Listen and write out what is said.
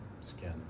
skin